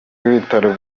w’ibitaro